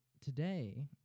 today